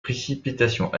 précipitations